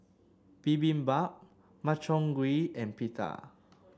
Bibimbap Makchang Gui and Pita